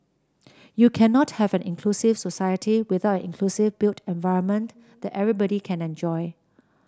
you cannot have an inclusive society without an inclusive built environment that everybody can enjoy